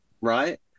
right